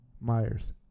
Myers